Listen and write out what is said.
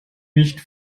nicht